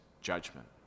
judgment